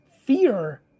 fear